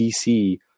DC